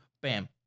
bam